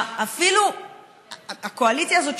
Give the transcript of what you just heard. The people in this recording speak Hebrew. אפילו הקואליציה הזאת,